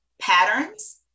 patterns